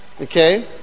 okay